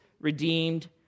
redeemed